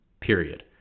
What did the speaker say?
Period